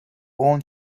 own